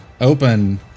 Open